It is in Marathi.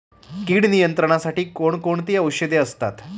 कीड नियंत्रणासाठी कोण कोणती औषधे असतात?